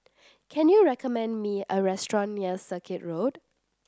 can you recommend me a restaurant near Circuit Road